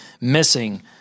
missing